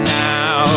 now